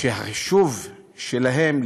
שהחישוב שלהן,